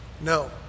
No